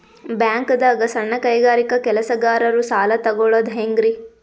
ಬ್ಯಾಂಕ್ದಾಗ ಸಣ್ಣ ಕೈಗಾರಿಕಾ ಕೆಲಸಗಾರರು ಸಾಲ ತಗೊಳದ್ ಹೇಂಗ್ರಿ?